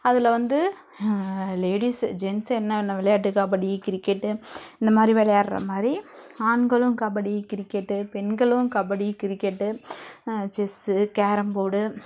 அதில் வந்து ladies gents என்னன்ன விளையாட்டு கபடி கிரிக்கெட்டு இந்த மாதிரி விளையாட்ற மாதிரி ஆண்களும் கபடி கிரிக்கெட்டு பெண்களும் கபடி கிரிக்கெட்டு செஸ்ஸு கேரம் போடு